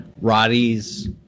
Roddy's